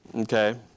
Okay